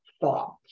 thoughts